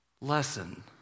lesson